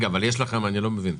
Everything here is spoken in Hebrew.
אני לא מבין.